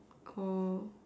Call